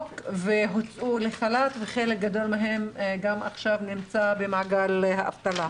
והן הוצאו לחל"ת וחלק גדול מהן נמצא גם עכשיו במעגל האבטלה.